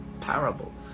parable